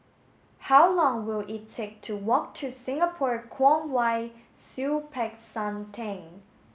how long will it take to walk to Singapore Kwong Wai Siew Peck San Theng